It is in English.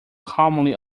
calmly